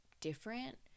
different